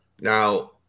Now